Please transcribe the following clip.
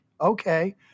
Okay